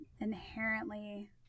inherently